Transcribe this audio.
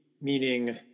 meaning